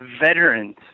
veterans